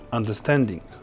understanding